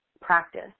practice